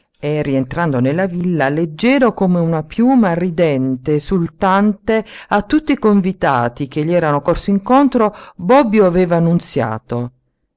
e rientrando nella villa leggero come una piuma ridente esultante a tutti i convitati che gli erano corsi incontro bobbio aveva annunziato